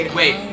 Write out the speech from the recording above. wait